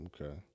Okay